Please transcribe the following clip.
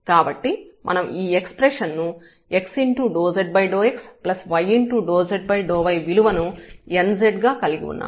కాబట్టి మనం ఈ ఎక్స్ప్రెషన్ x∂z∂xy∂z∂y విలువను nz గా కలిగి ఉన్నాము